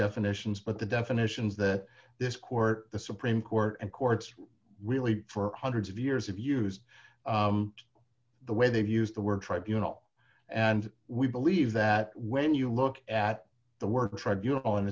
definitions but the definitions that this court the supreme court and courts really for hundreds of years have used the way they've used the word tribunals and we believe that when you look at the work trib